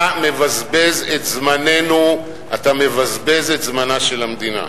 אתה מבזבז את זמננו, אתה מבזבז את זמנה של המדינה.